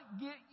get